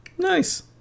nice